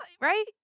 right